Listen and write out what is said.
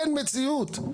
אין מציאות.